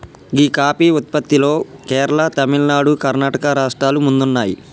గీ coffee ఉత్పత్తిలో కేరళ, తమిళనాడు, కర్ణాటక రాష్ట్రాలు ముందున్నాయి